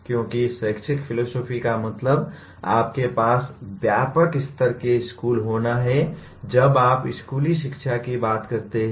क्योंकि शैक्षिक फिलोसोफी का मतलब आपके पास व्यापक स्तर के स्कूल होना है जब आप स्कूली शिक्षा की बात करते हैं